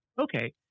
okay